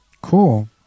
Cool